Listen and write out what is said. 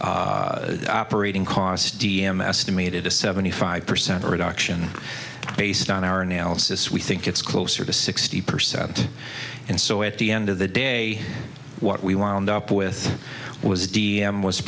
to operating costs d m estimated a seventy five percent reduction based on our analysis we think it's closer to sixty percent and so at the end of the day what we wound up with was d m was